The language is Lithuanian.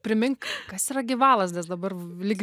primink kas yra gyvalazdės dabar lyg